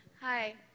Hi